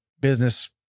Business